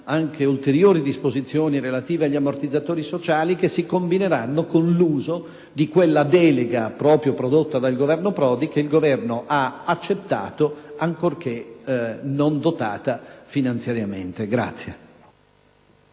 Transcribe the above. anche ulteriori disposizioni relative agli ammortizzatori sociali, che si combineranno con l'uso di quella delega prodotta dal Governo Prodi, che il Governo in carica ha accettato, ancorché non dotata finanziariamente.